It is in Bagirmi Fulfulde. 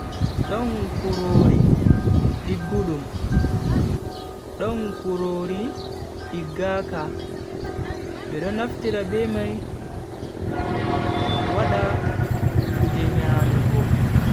Don kurori diggudum, don kurori diggaaka, be do naftira be mai wada kuje nyamugo.